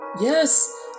Yes